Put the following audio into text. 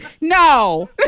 No